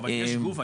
אבל יש גוף.